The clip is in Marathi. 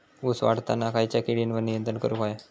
ऊस वाढताना खयच्या किडींवर नियंत्रण करुक व्हया?